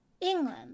England